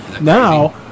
Now